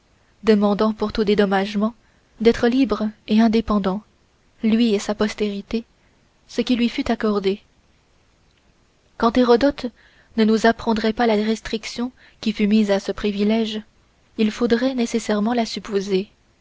demandant pour tout dédommagement d'être libre et indépendant lui et sa postérité ce qui lui fut accordé quand hérodote ne nous apprendrait pas la restriction qui fut mise à ce privilège il faudrait nécessairement la supposer